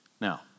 Now